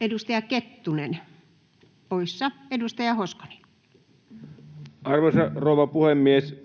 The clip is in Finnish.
muuttamisesta Time: 19:17 Content: Arvoisa rouva puhemies!